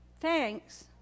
thanks